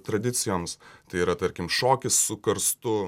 tradicijoms tai yra tarkim šokis su karstu